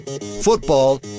football